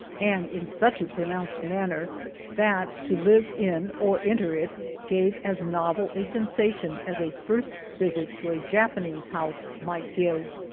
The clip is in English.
and in such a pronounced manner that to live in, or enter, it gave as novel a sensation as a first visit to a japanese house might give.